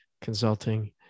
consulting